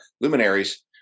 Luminaries